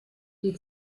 die